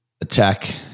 attack